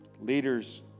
Leaders